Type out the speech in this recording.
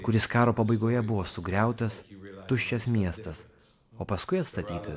kuris karo pabaigoje buvo sugriautas ir tuščias miestas o paskui atstatytas